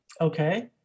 Okay